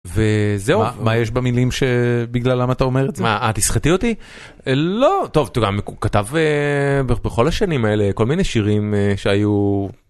וזהו, מה יש במילים שבגללם אתה אומר את זה? -מה? "את תסחטי אותי"?! -לא טוב אתה יודע הוא כתב אהה... בכל השנים האלה, כל מיני שירים ש...היו.